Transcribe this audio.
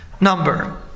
number